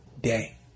day